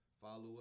follow